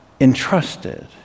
Entrusted